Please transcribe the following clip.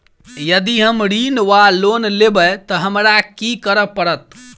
यदि हम ऋण वा लोन लेबै तऽ हमरा की करऽ पड़त?